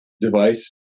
device